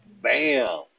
bam